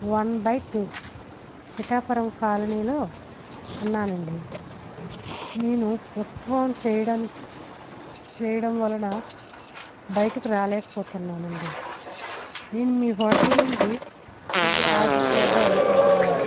one by two Pithapuram కాలనీలో ఉన్నాను అండి నేను పూస్వం చేయడానికి చేయడం వలన బయటకు రాలేకపోతున్నాను అండి నేను మీ హోటల్ నుండి ఫుడ్ ఆర్డర్ చేద్దాం అనుకుంటున్నాను